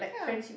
yeah